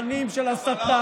תכנים של הסתה,